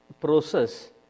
process